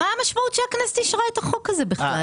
אז מה המשמעות שהכנסת אישרה את החוק הזה בכלל?